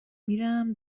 میرم